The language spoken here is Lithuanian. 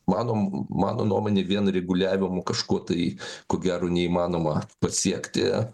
mano mano nuomone vien reguliavimu kažko tai ko gero neįmanoma pasiekti